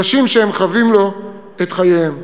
חשים שהם חבים לו את חייהם.